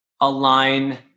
align